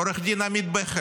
עו"ד עמית בכר.